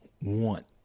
want